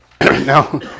Now